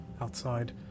Outside